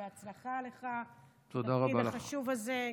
בהצלחה לך בתפקיד החשוב הזה.